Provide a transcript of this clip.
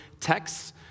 Texts